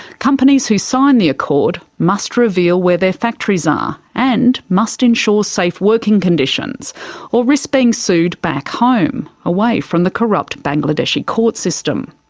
companies who sign the accord must reveal where their factories are, and must ensure safe working conditions or risk being sued back home, away from the corrupt bangladeshi court system.